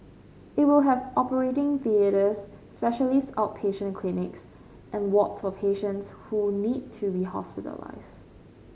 it will have operating theatres specialist outpatient clinics and wards for patients who need to be hospitalised